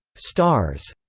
stars,